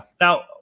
Now